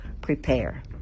prepare